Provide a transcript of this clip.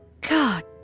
God